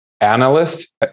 analyst